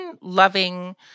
loving